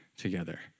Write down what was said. together